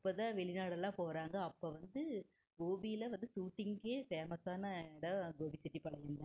இப்போ தான் வெளிநாடெல்லாம் போகறாங்க அப்போ வந்து கோபியில வந்து சூட்டிங்க்கே ஃபேமஸான இடம் கோபிசெட்டிப்பாளையம் தான்